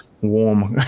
warm